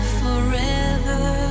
forever